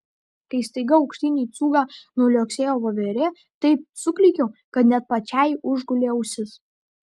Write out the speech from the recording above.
kai staiga aukštyn į cūgą nuliuoksėjo voverė taip suklykiau kad net pačiai užgulė ausis